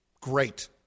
great